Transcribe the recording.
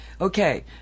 okay